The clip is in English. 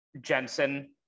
Jensen